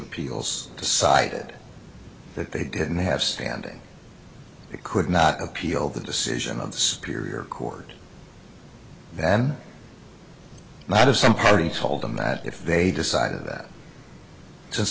appeals decided that they didn't have standing they could not appeal the decision of the superior court then not have some party told them that if they decided that since